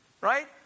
Right